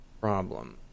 problem